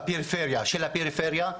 בפריפריה של הפריפריה.